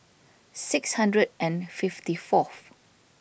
six hundred and fifty fourth